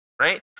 right